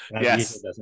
Yes